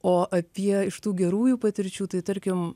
o apie iš tų gerųjų patirčių tai tarkim